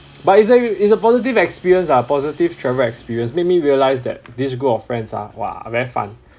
but it's a it's a positive experience ah positive travel experience made me realised that this group of friends are !wah! very fun